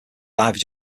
diver